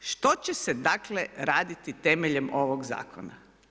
Što će se, dakle, raditi temeljem ovoga Zakona?